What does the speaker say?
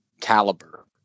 caliber